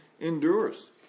endures